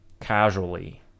casually